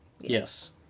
Yes